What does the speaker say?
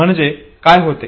म्हणजे काय होते